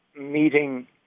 meeting